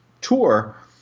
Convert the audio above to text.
tour